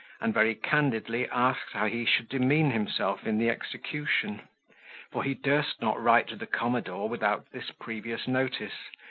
and very candidly asked how he should demean himself in the execution for he durst not write to the commodore without this previous notice,